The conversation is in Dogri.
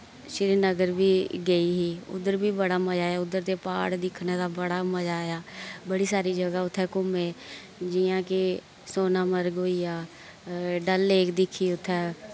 शिरिनगर बी गेई ही उद्धर बी बड़ा मजा आया उद्धर ते प्हाड़ दिक्खने दा बड़ा मजा आया बड़ी सारी जगह उत्थै घुम्मे जि'यां के सोनामर्ग होइया डल लेक दिक्खी उत्थै